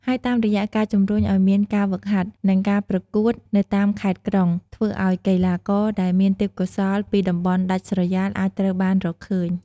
ហើយតាមរយៈការជំរុញឲ្យមានការហ្វឹកហាត់ និងការប្រកួតនៅតាមខេត្តក្រុង ធ្វើឲ្យកីឡាករដែលមានទេពកោសល្យពីតំបន់ដាច់ស្រយាលអាចត្រូវបានរកឃើញ។